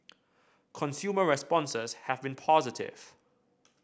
consumer responses have been positive